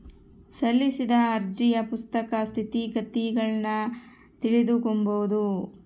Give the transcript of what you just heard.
ಸಲ್ಲಿಸಿದ ಅರ್ಜಿಯ ಪ್ರಸಕ್ತ ಸ್ಥಿತಗತಿಗುಳ್ನ ತಿಳಿದುಕೊಂಬದು